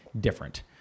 different